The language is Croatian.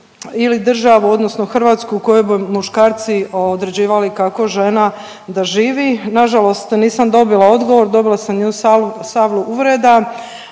ili državu odnosno Hrvatsku u kojoj bi muškarci određivali kako žena da živi. Nažalost, nisam dobila odgovor dobila sam salvu uvreda,